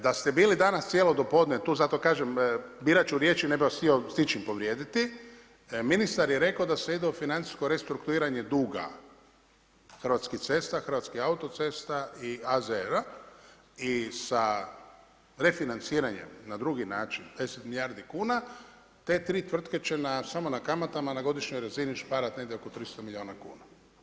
Da ste bili danas cijelo dopodne tu, zato kažem birat ću riječi ne bih vas htio s ničim povrijediti, ministar je rekao da se ide u financijsko restrukturiranje duga Hrvatskih cesta, Hrvatskih autocesta i AZR-a i sa refinanciranjem na drugi način 10 milijardi kuna, te tvrtke će samo na kamatama na godišnjoj razini ušparat negdje oko 300 milijuna kuna.